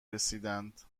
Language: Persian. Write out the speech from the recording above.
رسیدند